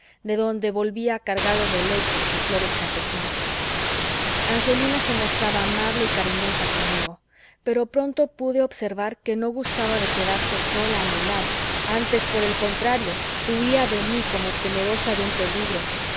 de donde volvía cargado de helechos y flores campesinas angelina se mostraba amable y cariñosa conmigo pero pronto pude observar que no gustaba de quedarse sola a mi lado antes por el contrario huía de mí como temerosa de un peligro